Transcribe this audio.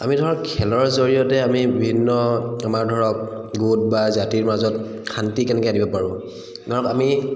আমি ধৰক খেলৰ জৰিয়তে আমি বিভিন্ন আমাৰ ধৰক গোট বা জাতিৰ মাজত শান্তি কেনেকৈ আনিব পাৰোঁ ধৰক আমি